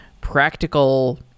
practical